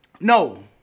No